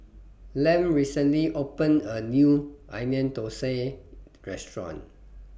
Lem recently opened A New Onion Thosai Restaurant